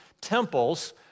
temples